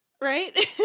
right